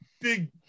big